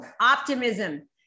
optimism